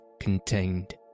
contained